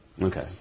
Okay